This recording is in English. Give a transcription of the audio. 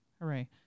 hooray